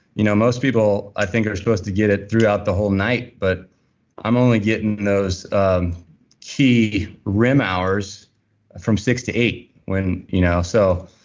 you know most people i think are supposed to get it throughout the whole night, but i'm only getting those um key rem hours from six to eight when. you know so,